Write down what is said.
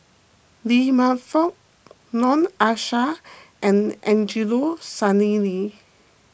Lee Man Fong Noor Aishah and Angelo Sanelli